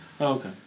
okay